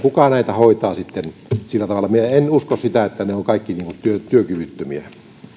kuka tätä sitten hoitaa minä en usko sitä että he ovat kaikki työkyvyttömiä